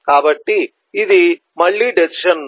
కాబట్టి ఇది మళ్ళీ డెసిషన్ నోడ్